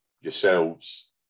yourselves